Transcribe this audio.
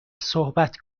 صحبت